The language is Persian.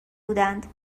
بودند